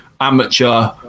amateur